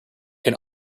can